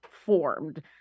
formed